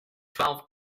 twelve